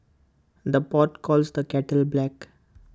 the pot calls the kettle black